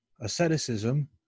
asceticism